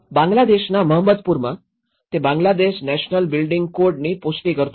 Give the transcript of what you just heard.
બાંગ્લાદેશના મહંમદપુરમાંMahammadpur તે બાંગ્લાદેશ નેશનલ બિલ્ડિંગ કોડની પુષ્ટિ કરતું નથી